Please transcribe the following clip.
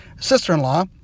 sister-in-law